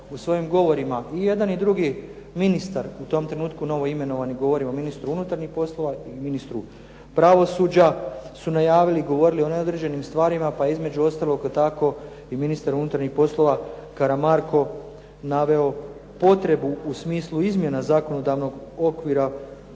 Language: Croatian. u svojim govorima i jedan i drugi ministar u tom trenutku novo imenovani govorim o ministru unutarnjih poslova i ministru pravosuđa su najavili i govorili o određenim stvarima pa između ostalog tako i ministar unutarnjih poslova Karamarko naveo potrebu u smislu izmjena zakonodavnog okvira